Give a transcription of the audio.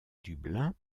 dublin